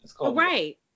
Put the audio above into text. Right